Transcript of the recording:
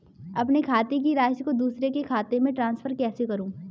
अपने खाते की राशि को दूसरे के खाते में ट्रांसफर कैसे करूँ?